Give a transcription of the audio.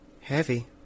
Heavy